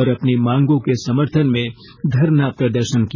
और अपनी मांगो के समर्थन में धरना प्रदर्शन किया